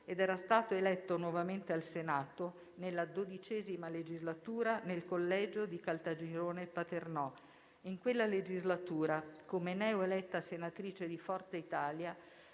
ed era stato eletto nuovamente al Senato nella XII legislatura, nel collegio di Caltagirone-Paternò. In quella legislatura, come neo eletta senatrice di Forza Italia